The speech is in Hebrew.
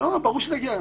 ברור שזה יגיע.